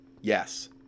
yes